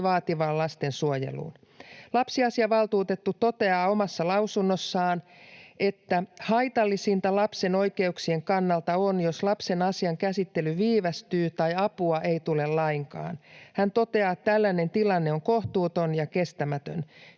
vaativaan lastensuojeluun. Lapsiasiavaltuutettu toteaa omassa lausunnossaan, että ”haitallisinta lapsen oikeuksien kannalta on, jos lapsen asian käsittely viivästyy tai apua ei tule lainkaan”. Hän toteaa, että tällainen tilanne on ”kohtuuton ja kestämätön”.